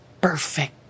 perfect